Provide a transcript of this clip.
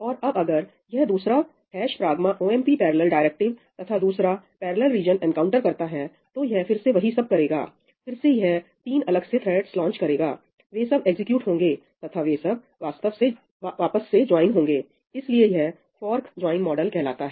और अब अगर यह दूसरा ' pragma omp parallel' डायरेक्टिव तथा दूसरा पैरेलल रीजन एनकाउंटर करता है तो यह फिर से वही सब करेगा फिर से यह तीन अलग से थ्रेड्स लांच करेगा वे सब एग्जीक्यूट होंगे तथा वे वापस से ज्वाइन होंगे इसलिए यह फॉर्क ज्वाइन मॉडल कहलाता है